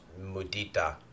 Mudita